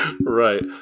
Right